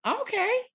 okay